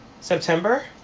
september